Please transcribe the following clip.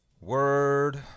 word